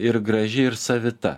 ir graži ir savita